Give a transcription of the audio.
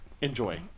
enjoy